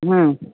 हम्म